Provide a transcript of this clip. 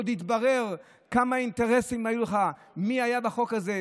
עוד יתברר כמה אינטרסים היו לך, מי היה בחוק הזה.